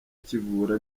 kivura